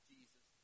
Jesus